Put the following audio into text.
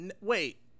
Wait